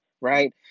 right